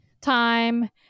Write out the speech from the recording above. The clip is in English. time